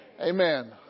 amen